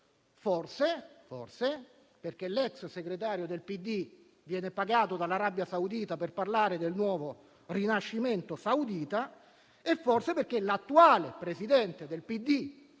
forse perché l'ex segretario del PD viene pagato dall'Arabia Saudita per parlare del nuovo rinascimento saudita e forse perché l'attuale segretario del PD